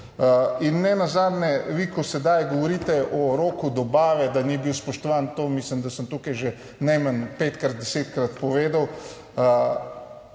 nihče ni pritožil. Ko sedaj govorite o roku dobave, da ni bil spoštovan, mislim, da sem tukaj že najmanj petkrat, desetkrat povedal,